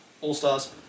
All-stars